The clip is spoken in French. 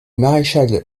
maréchal